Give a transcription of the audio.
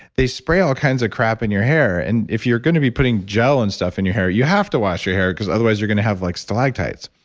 they spray all kinds of crap in your hair. and if you're going to be putting gel and stuff in your hair you have to wash your hair because otherwise you're going to have like stalactites.